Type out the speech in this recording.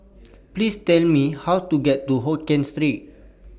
Please Tell Me How to get to Hokien Street